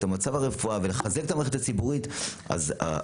את מצב הרפואה ולחדד את המערכת הציבורית ואז